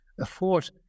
afford